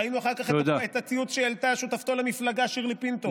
ראינו אחר כך את הציוץ שהעלתה שותפתו למפלגה שירלי פינטו,